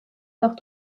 nach